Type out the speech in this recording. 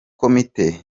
komite